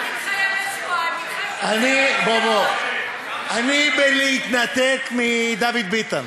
אל תתחייב לשבועיים, אני מתנתק מדוד ביטן.